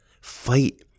Fight